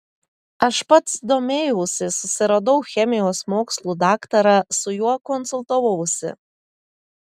aš pats domėjausi susiradau chemijos mokslų daktarą su juo konsultavausi